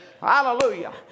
Hallelujah